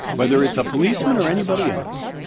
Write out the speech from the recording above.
whether it's a policeman or anybody else.